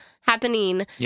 happening